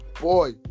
boy